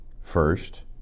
first